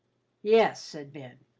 yes, said ben.